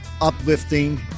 uplifting